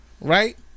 right